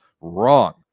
Wrong